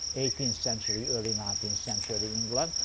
eighteenth century, early nineteenth century england.